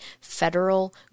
federal